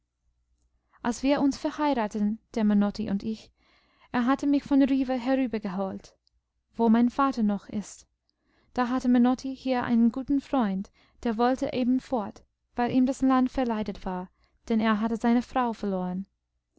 als wir uns verheirateten der menotti und ich er hatte mich von riva herübergeholt wo mein vater noch ist da hatte menotti hier einen guten freund der wollte eben fort weil ihm das land verleidet war denn er hatte seine frau verloren